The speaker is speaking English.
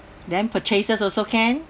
then purchases also can